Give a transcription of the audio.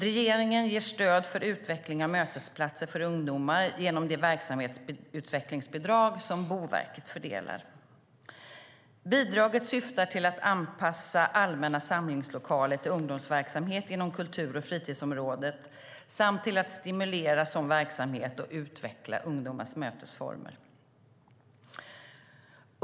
Regeringen ger stöd för utveckling av mötesplatser för ungdomar genom det verksamhetsutvecklingsbidrag som Boverket fördelar. Bidraget syftar till att anpassa allmänna samlingslokaler till ungdomsverksamhet inom kultur och fritidsområdet samt till att stimulera sådan verksamhet och utveckla ungdomars mötesformer.